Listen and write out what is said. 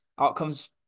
outcomes